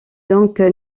donc